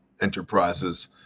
enterprises